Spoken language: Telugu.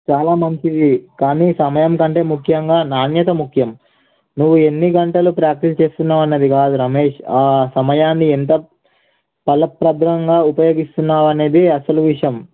చాలా మంచిది కానీ సమయం కంటే ముఖ్యంగా నాణ్యత ముఖ్యం నువ్వు ఎన్ని గంటలు ప్రాక్టీస్ చేస్తున్నావు అన్నది కాదు రమేష్ ఆ సమయాన్ని ఎంత ఫల ప్ర భ్రంగా ఉపయోగిస్తున్నావు అనేది అసలు విషయం